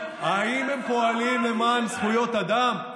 האם הם פועלים למען זכויות אדם?